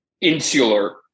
insular